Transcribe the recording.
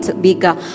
bigger